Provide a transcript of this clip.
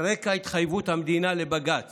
על רקע התחייבות המדינה בבג"ץ